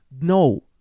no